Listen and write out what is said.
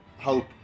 hope